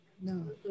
no